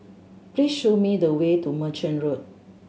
please show me the way to Merchant Road